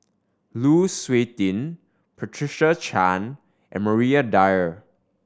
Lu Suitin Patricia Chan and Maria Dyer